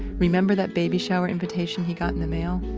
remember that baby shower invitation he got in the mail?